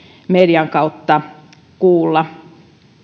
median kautta kuulla